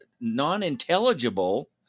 Non-intelligible